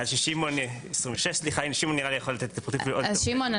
שמעון יכול לתת עוד --- אז שמעון,